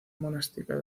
monástica